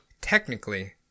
Technically